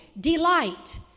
Delight